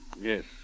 yes